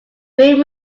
great